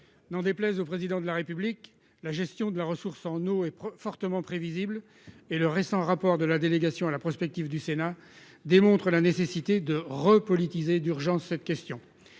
n'en déplaise au Président de la République, la gestion de la ressource en eau est fortement prévisible et le récent rapport d'information de la délégation sénatoriale à la prospective démontre la nécessité de repolitiser d'urgence cette question.